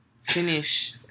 finish